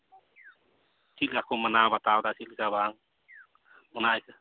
ᱪᱮᱫᱞᱮᱠᱟ ᱠᱚ ᱢᱟᱱᱟᱣ ᱵᱟᱛᱟᱣ ᱮᱫᱟ ᱪᱮᱫᱞᱮᱠᱟ ᱵᱟᱝ ᱚᱱᱟ ᱟᱭᱠᱟᱹ